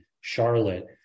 charlotte